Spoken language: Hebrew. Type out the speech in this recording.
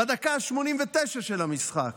בדקה ה-89 של המשחק,